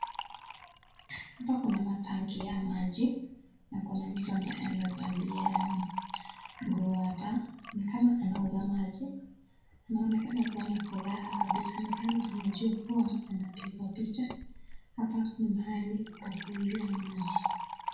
Hapa kuna matanki ya maji, na kuna mtu ambaye amevalia nguo hapa ni kama anauza maji, anaonekana kuwa na furaha kabisa ni kama anajuwa kuwa anapigwa picha. Hapa ni mahali pa kuuzia maji.